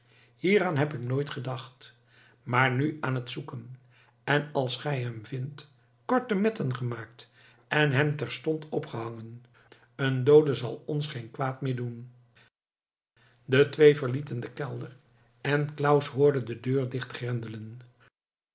hieraan heb ik nooit gedacht maar nu aan het zoeken en als gij hem vindt korte metten gemaakt en hem terstond opgehangen een doode zal ons geen kwaad meer doen de twee verlieten den kelder en claus hoorde de deur